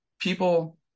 People